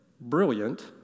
brilliant